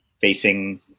facing